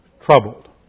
troubled